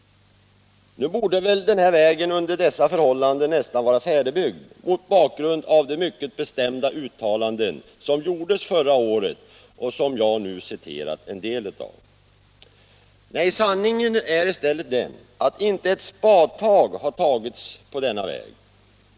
Nu borde väl den här vägen nästan vara färdigbyggd mot bakgrund av de mycket bestämda uttalanden som gjordes förra året och som jag nu citerat en del av? Nej, sanningen är den att inte ett spadtag har tagits på denna väg.